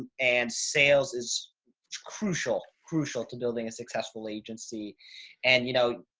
and sales is crucial, crucial to building a successful agency and you know,